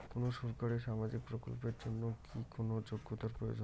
কোনো সরকারি সামাজিক প্রকল্পের জন্য কি কোনো যোগ্যতার প্রয়োজন?